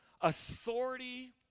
Authority